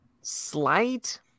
slight